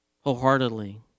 wholeheartedly